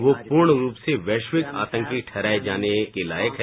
वह पूर्ण रूप से वैरिवक आतंकी ठहराये जाने के लायक है